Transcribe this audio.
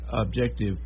objective